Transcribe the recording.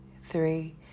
three